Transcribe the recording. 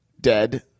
dead